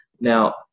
Now